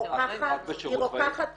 אינה היא רוקחת בכירה,